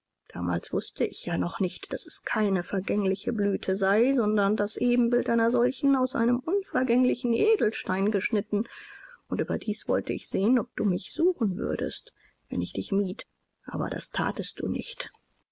damals wußte ich ja noch nicht daß es keine vergängliche blüte sei sondern das ebenbild einer solchen aus einem unvergänglichen edelstein geschnitten und überdies wollte ich sehen ob du mich suchen würdest wenn ich dich mied aber das thatest du nicht